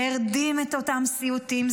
זה הרדים את אותם סיוטים,